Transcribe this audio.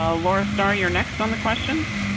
ah laura starr, you're next on the questions.